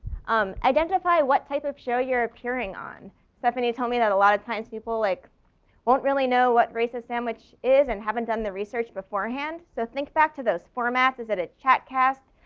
um identify what type of show you're appearing on. stephanie told me that a lot of times people like won't really know what rasist sandwich is and haven't done the research beforehand. so think back to those formats. is it a chat cast?